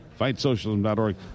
FightSocialism.org